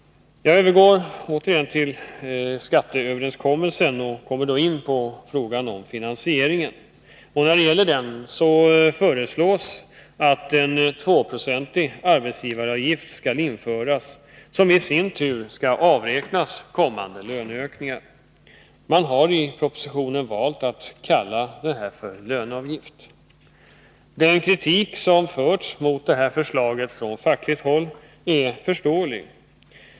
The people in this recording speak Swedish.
Jag återgår till skatteöverenskommelsen, och kommer då in på frågan om finansieringen. Här föreslås att en 2-procentig arbetsgivaravgift skall införas och att denna i sin tur skall avräknas i kommande löneökningar. Man har i propositionen valt att kalla detta för löneavgift. Den kritik som framförts mot detta förslag från fackligt håll är förståelig.